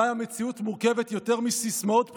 אולי המציאות מורכבת יותר מסיסמאות בחירות.